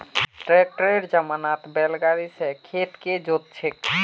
ट्रैक्टरेर जमानात बैल गाड़ी स खेत के जोत छेक